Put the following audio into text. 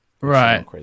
Right